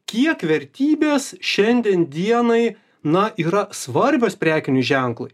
kiek vertybės šiandien dienai na yra svarbios prekiniu ženklu